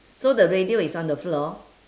so the radio is on the floor